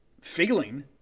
feeling